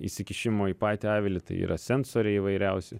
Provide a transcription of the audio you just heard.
įsikišimo į patį avilį tai yra sensoriai įvairiausi